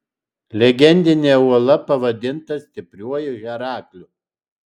legendinė uola pavadinama stipriuoju herakliu